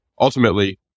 ultimately